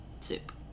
soup